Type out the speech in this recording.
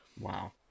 Wow